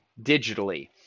digitally